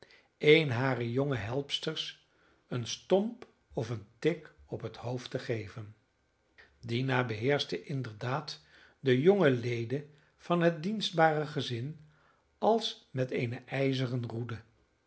een harer jonge helpsters een stomp of een tik op het hoofd te geven dina beheerschte inderdaad de jonge leden van het dienstbare gezin als met eene ijzeren roede